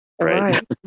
Right